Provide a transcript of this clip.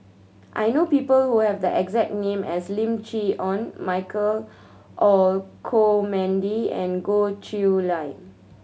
I know people who have the exact name as Lim Chee Onn Michael Olcomendy and Goh Chiew Lye